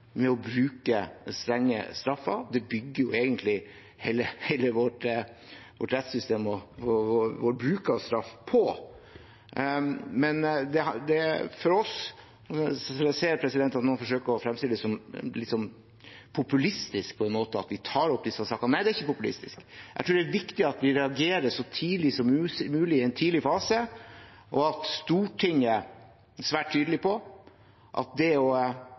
å bruke strenge straffer – det bygger egentlig hele vårt rettssystem og vår bruk av straff på. Men fra oss som ser at noen forsøker å fremstille det som litt populistisk at vi tar opp disse sakene: Nei, det er ikke populistisk. Jeg tror det er viktig at vi reagerer så tidlig som mulig, i en tidlig fase, og at Stortinget er svært tydelig på at å angripe politi og å